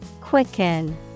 Quicken